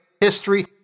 history